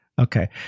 okay